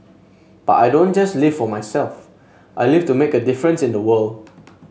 but I don't just live for myself I live to make a difference in the world